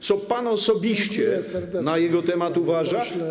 Co pan osobiście na jego temat uważa?